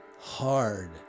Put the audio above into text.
hard